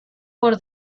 por